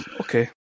Okay